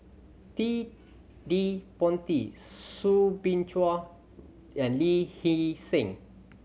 Ted De Ponti Soo Bin Chua and Lee Hee Seng